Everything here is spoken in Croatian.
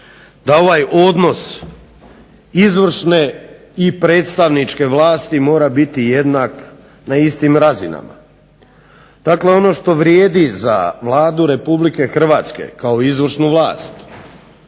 da ovaj odnos izvršne i predstavničke vlasti mora biti jednak na istim razinama. Dakle, ono što vrijedi za Vladu Republike Hrvatske kao izvršnu vlast